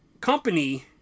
company